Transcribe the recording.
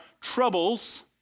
troubles